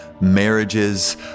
marriages